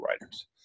writers